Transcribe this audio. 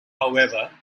however